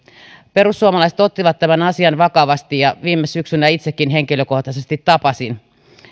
perussuomalaiset ottivat tämän asian vakavasti ja viime syksynä itsekin henkilökohtaisesti tapasin